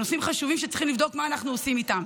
אלה נושאים חשובים שצריך לבדוק מה אנחנו עושים איתם.